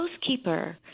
housekeeper